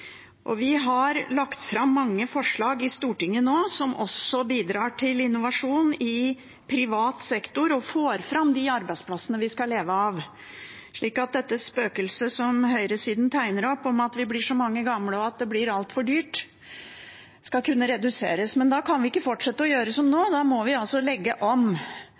sektor. Vi har nå lagt fram i Stortinget mange forslag som også bidrar til innovasjon i privat sektor og får fram de arbeidsplassene vi skal leve av, slik at dette spøkelset som høyresiden tegner opp om at vi blir så mange gamle, og at det blir altfor dyrt, skal kunne reduseres. Men da kan vi ikke fortsette å gjøre som nå. Da må vi legge om